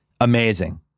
Amazing